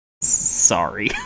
sorry